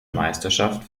meisterschaft